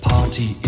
Party